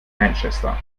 manchester